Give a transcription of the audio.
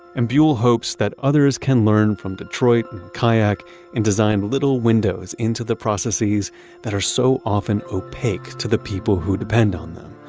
and buell hopes that others can learn from detroit, kayak and design little windows into the processes that are so often opaque to the people who depend on them,